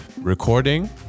recording